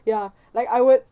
ya like I was